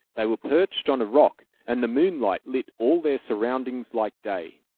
they were perched on a rock, and the moonlight lit all their surroundings like day.